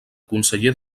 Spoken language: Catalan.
conseller